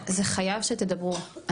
זה חייב שתדברו,